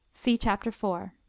see chapter four.